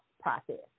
process